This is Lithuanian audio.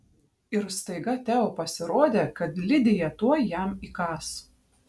ir staiga teo pasirodė kad lidija tuoj jam įkąs